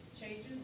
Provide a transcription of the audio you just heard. changes